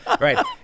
right